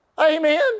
Amen